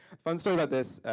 fun story about this.